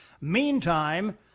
Meantime